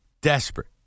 Desperate